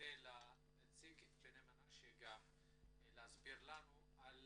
אפנה לנציג בני מנשה להסביר לנו על